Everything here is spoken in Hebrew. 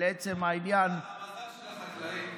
המזל של החקלאים,